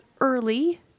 early